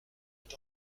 est